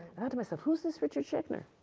to myself, who's this richard shepner?